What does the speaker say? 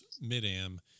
Mid-Am